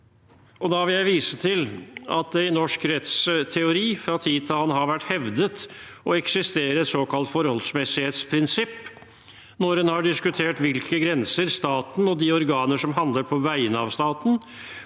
viser til at det i norsk rettsteori fra tid til annen har vært hevdet å eksistere et såkalt forholdsmessighetsprinsipp når en har diskutert hvilke grenser staten og de organer som handler på vegne av staten,